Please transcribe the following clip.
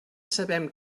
sabem